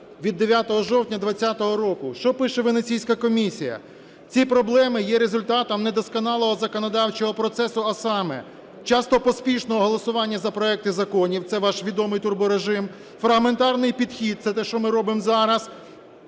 від 9 жовтня 2020 року. Що пише Венеційська комісія: "Ці проблеми є результатом недосконалого законодавчого процесу. А саме: часто поспішне голосування за проекти законів (це ваш відомий турборежим), фрагментарний підхід (це те, що ми робимо зараз),